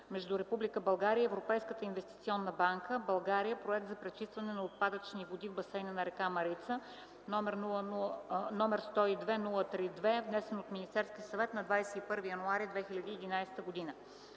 между Република България и Европейската инвестиционна банка (България – проект за пречистване на отпадъчни води в басейна на река Марица), № 102-03-2, внесен от Министерския съвет. От името на